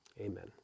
Amen